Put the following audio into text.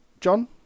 John